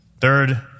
Third